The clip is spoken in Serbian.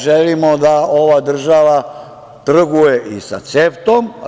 Želimo da ova država trguje i sa CEFTA-om.